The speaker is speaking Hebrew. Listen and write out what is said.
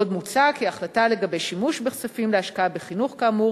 עוד מוצע כי החלטה לגבי שימוש בכספים להשקעה בחינוך כאמור